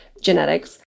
genetics